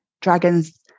dragons